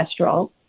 cholesterol